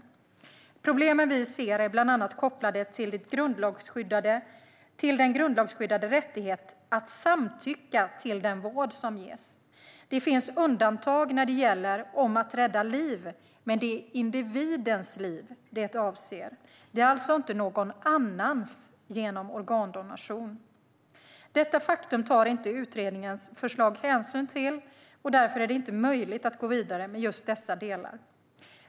De problem vi ser är bland annat kopplade till den grundlagsskyddade rättigheten att samtycka till den vård som ges. Det finns undantag när det gäller att rädda liv, men det är individens liv det avser. Det gäller alltså inte någon annans genom organdonation. Detta faktum tar inte utredningens förslag hänsyn till, och därför är det inte möjligt att gå vidare med just dessa delar.